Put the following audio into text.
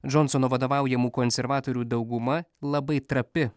džonsono vadovaujamų konservatorių dauguma labai trapi